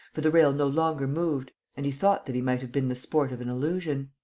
for the rail no longer moved and he thought that he might have been the sport of an illusion.